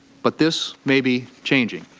but this may be changing.